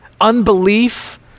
unbelief